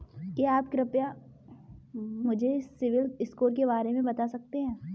क्या आप कृपया मुझे सिबिल स्कोर के बारे में बता सकते हैं?